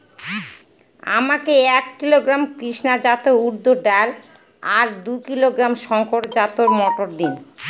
আমাকে এক কিলোগ্রাম কৃষ্ণা জাত উর্দ ডাল আর দু কিলোগ্রাম শঙ্কর জাত মোটর দিন?